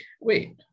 wait